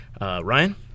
Ryan